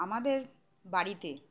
আমাদের বাড়িতে